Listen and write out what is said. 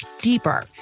deeper